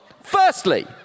Firstly